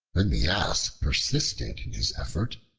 when the ass persisted in his effort,